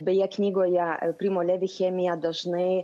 beje knygoje primo levi chemija dažnai